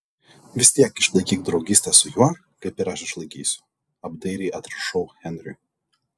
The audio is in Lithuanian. vis tiek išlaikyk draugystę su juo kaip ir aš išlaikysiu apdairiai atrašau henriui